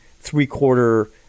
three-quarter